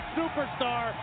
superstar